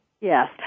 Yes